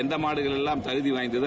எந்த மாடுகள் எல்லாம் தகுதி வாய்ந்தது